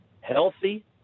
healthy